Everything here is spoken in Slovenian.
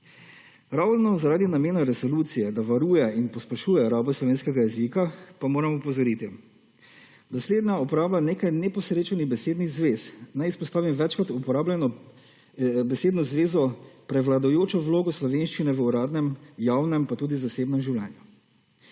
Ravno zaradi namena resolucije, da varuje in pospešuje rabo slovenskega jezika pa moram opozoriti, da slednja uporaba nekaj neposrečenih besednih zvez naj izpostavim večkrat uporabljeno besedo zvezo prevladujočo vlogo slovenščine v uradnem, javnem pa tudi zasebnem življenju.